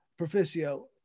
Proficio